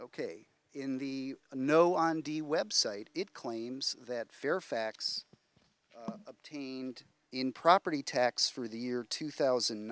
ok in the know on the website it claims that fairfax obtained in property tax for the year two thousand